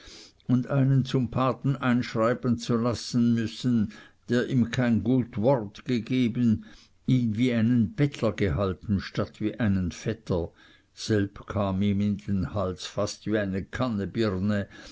und einen zum paten einschreiben lassen zu müssen der ihm kein gut wort gegeben ihn wie einen bettler gehalten statt wie einen vetter selb kam ihm in den hals fast wie eine